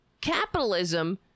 capitalism